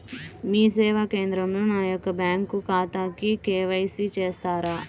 మీ సేవా కేంద్రంలో నా యొక్క బ్యాంకు ఖాతాకి కే.వై.సి చేస్తారా?